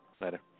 later